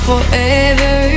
Forever